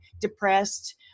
depressed